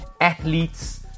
Athletes